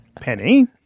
Penny